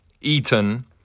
eaten